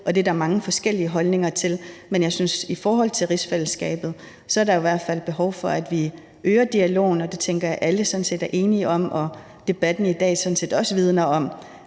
og det er der mange forskellige holdninger til. Men jeg synes, at i forhold til rigsfællesskabet er der i hvert fald behov for, at vi øger dialogen, og det tænker jeg at alle sådan set er enige om. Debatten i dag vidner også om,